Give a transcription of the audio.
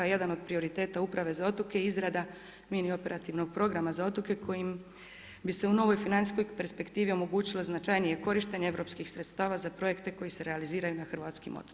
Jedan od prioriteta Uprave za otoke je izrada mini operativnog programa za otoke koji bi im u novoj financijskoj perspektivi omogućilo značajnije korištenje europskih sredstava za projekte koji se realiziraju na hrvatskim otocima.